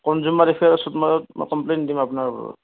consumer এফেয়াৰ্চত মই complain দিম আপোনাৰ ওপৰত